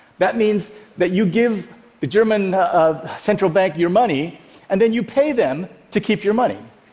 that means that you give the german um central bank your money and then you pay them to keep your money.